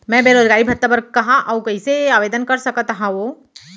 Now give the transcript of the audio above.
मैं बेरोजगारी भत्ता बर कहाँ अऊ कइसे आवेदन कर सकत हओं?